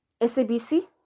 SABC